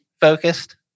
focused